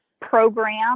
program